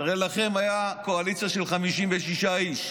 הרי לכם הייתה קואליציה של 56 איש.